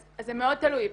אז זה מאוד תלוי.